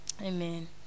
Amen